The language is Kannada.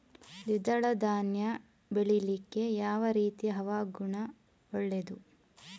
ದ್ವಿದಳ ಧಾನ್ಯ ಬೆಳೀಲಿಕ್ಕೆ ಯಾವ ರೀತಿಯ ಹವಾಗುಣ ಒಳ್ಳೆದು?